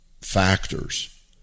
factors